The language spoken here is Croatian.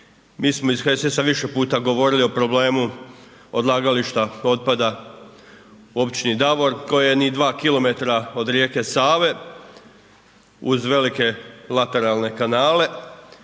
Mi smo iz HSS-a više puta govorili o problemu odlagališta otpada u općini Davor koje je ni 2 km od rijeke Save, uz velike lateralne kanale